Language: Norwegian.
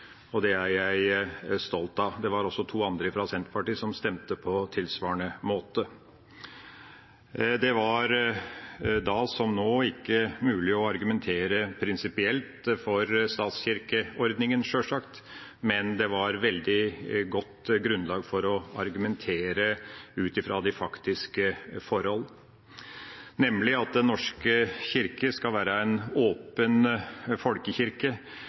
og det er jeg stolt av. Det var også to andre fra Senterpartiet som stemte på tilsvarende måte. Det var da, som nå, ikke mulig å argumentere prinsipielt for statskirkeordningen, sjølsagt, men det var et veldig godt grunnlag for å argumentere ut fra de faktiske forhold, nemlig at Den norske kirke skal være en åpen folkekirke,